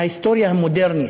ההיסטוריה המודרנית,